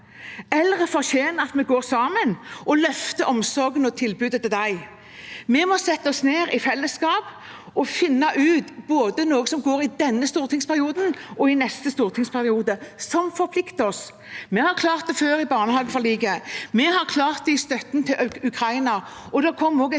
Eldre fortjener at vi går sammen og løfter omsorgen og tilbudet til dem. Vi må sette oss ned i fellesskap og finne ut noe som både går i denne stortingsperioden og i neste stortingsperiode, som forplikter oss. Vi har klart det før, i barnehageforliket, vi har klart det i støtten til Ukraina,